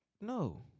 No